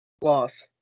Loss